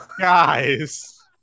Guys